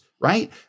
right